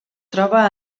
troba